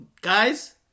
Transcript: guys